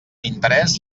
interés